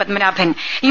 Padmanabhan U